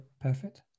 perfect